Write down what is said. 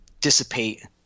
dissipate